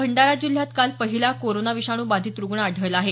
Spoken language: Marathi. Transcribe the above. भंडारा जिल्ह्यात काल पहिला कोरोना विषाणू बाधित रुग्ण आढळला आहे